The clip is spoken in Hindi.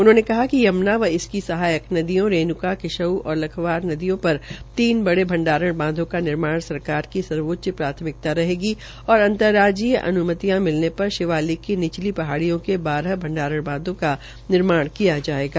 उन्होंने कहा कि यम्ना व इसकी सहायक नदियों रेण्का किशउ और लखवार नदियों पर तीन बड़े भंडारण बाधों का निर्माण सरकार की सर्वोच्च प्राथमिकता होगी और अंर्तराज्यीय अन्मतियों मिलने पर शिवालिक की निचली पहाडिय़ों के बाहर भंडारण बांधों का निर्माण भी किया जायेगा